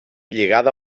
lligada